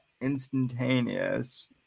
instantaneous